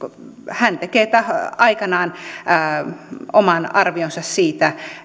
hän tekee aikanaan oman arvionsa siitä